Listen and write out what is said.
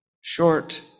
short